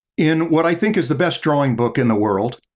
in what i think is the best drawing book in the world.